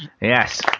yes